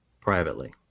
privately